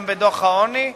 גם בדוח העוני,